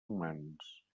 humans